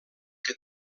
que